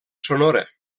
sonora